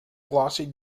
glossy